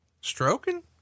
Stroking